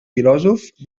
filòsofs